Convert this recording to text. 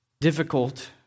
difficult